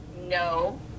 no